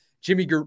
Jimmy